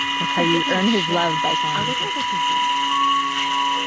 that's how you earn his love by time they going to get divorced. i don't